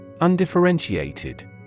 Undifferentiated